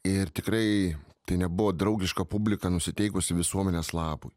ir tikrai tai nebuvo draugiška publika nusiteikusi visuomenės labui